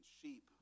Sheep